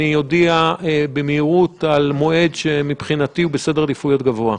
אני אודיע במהירות על מועד שמבחינתי הוא בסדר עדיפויות גבוה.